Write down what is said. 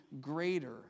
greater